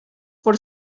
por